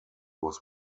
was